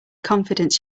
confidence